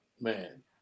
Man